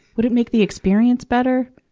would it make the experience better?